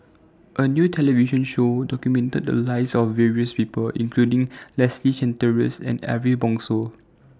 A New television Show documented The Lives of various People including Leslie Charteris and Ariff Bongso